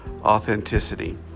authenticity